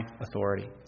authority